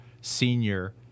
senior